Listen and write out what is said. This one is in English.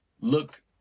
look